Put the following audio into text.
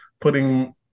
putting